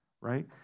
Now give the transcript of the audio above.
right